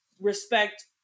respect